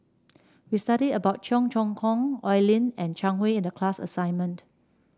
we studied about Cheong Choong Kong Oi Lin and Zhang Hui in the class assignment